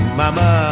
mama